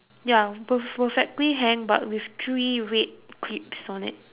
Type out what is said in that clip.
ya perf~ perfectly hanged but with three red clips on it